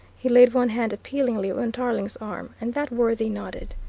he laid one hand appealingly on tarling's arm, and that worthy nodded.